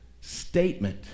statement